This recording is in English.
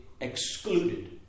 excluded